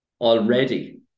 already